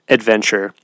adventure